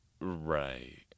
Right